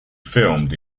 filmed